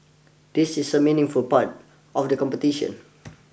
this is a meaningful part of the competition